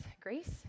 grace